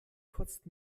kotzt